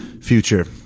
future